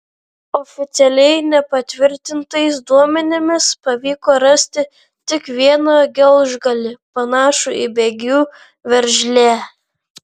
oficialiai nepatvirtintais duomenimis pavyko rasti tik vieną gelžgalį panašų į bėgių veržlę